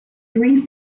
three